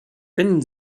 wenden